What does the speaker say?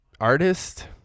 artist